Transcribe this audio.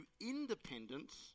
independence